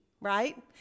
right